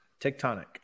Tectonic